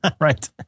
Right